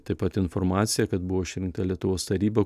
taip pat informacija kad buvo išrinkta lietuvos taryba